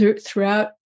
throughout